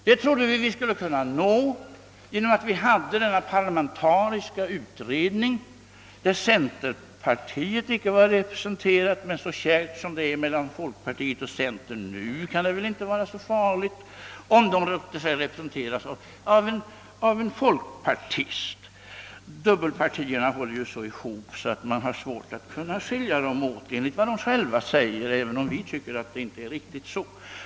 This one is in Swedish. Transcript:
Detta trodde vi att vi skulle kunna nå genom att vi hade den parlamentariska utredningen. Centerpartiet var visserligen inte representerat i denna utredning, men så kärt som det är mellan folkpartiet och centern nu kan det väl inte vara så farligt om centerpartiet låter sig representeras av en folkpartist. Dubbelpartierna håller ju ihop så att det är svårt att skilja dem åt enligt vad de själva säger, även om vi tycker att det inte är riktigt på detta sätt.